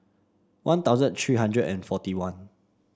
One Thousand three hundred and forty one